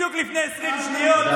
בדיוק לפני 20 שניות,